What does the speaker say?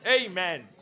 Amen